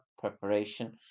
preparation